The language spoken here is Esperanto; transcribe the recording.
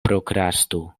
prokrastu